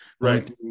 right